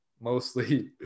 mostly